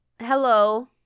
Hello